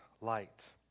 Light